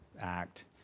Act